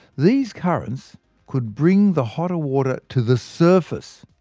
these currents could bring the hotter water to the surface,